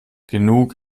genug